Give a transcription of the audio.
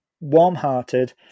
warm-hearted